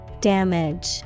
Damage